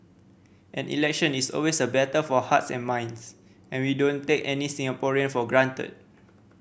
an election is always a battle for hearts and minds and we don't take any Singaporean for granted